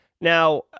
Now